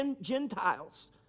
Gentiles